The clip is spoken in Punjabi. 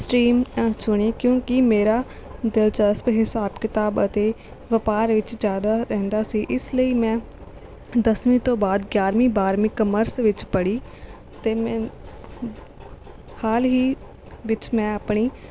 ਸਟਰੀਮ ਸੁਣੀ ਕਿਉਂਕਿ ਮੇਰਾ ਦਿਲਚਸਪ ਹਿਸਾਬ ਕਿਤਾਬ ਅਤੇ ਵਪਾਰ ਵਿੱਚ ਜ਼ਿਆਦਾ ਰਹਿੰਦਾ ਸੀ ਇਸ ਲਈ ਮੈਂ ਦਸਵੀਂ ਤੋਂ ਬਾਅਦ ਗਿਆਰਵੀਂ ਬਾਰ੍ਹਵੀਂ ਕਮਰਸ ਵਿੱਚ ਪੜ੍ਹੀ ਅਤੇ ਮੈਂ ਹਾਲ ਹੀ ਵਿੱਚ ਮੈਂ ਆਪਣੀ